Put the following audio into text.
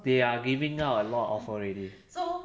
they are giving out a lot of offer already